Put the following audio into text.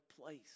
place